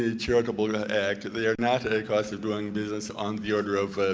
ah charitable yeah act. they are not a cost of doing business on the order of